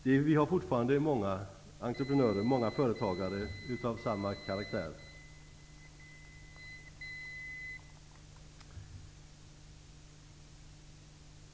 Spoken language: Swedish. Det finns fortfarande många företagare och entreprenörer av denna karaktär.